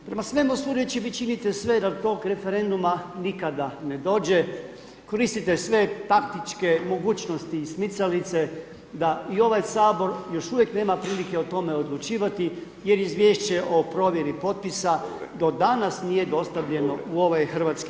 Prema svemu sudeći, vi činite sve da tog referenduma nikada ne dođe, koristite sve taktičke mogućnosti i smicalice da i ovaj Sabor još uvijek nema prilike o tome odlučivati jer izvješće o provjeri potpisa do danas nije dostavljeno u ovaj HS.